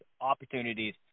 opportunities